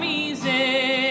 easy